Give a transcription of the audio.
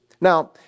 Now